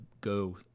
go